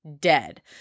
dead